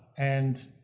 and,